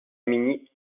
minnie